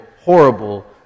horrible